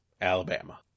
Alabama